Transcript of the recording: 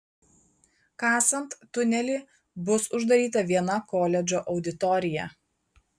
kasant tunelį bus uždaryta viena koledžo auditorija